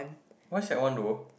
why sec one though